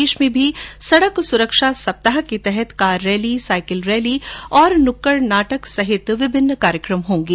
प्रदेश में भी सड़क सुरक्षा सप्ताह के तहत कार रैली साईकिल रैली और नुक्कड नाटक सहित विभिन्न कार्यक्रम होंगे